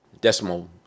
decimal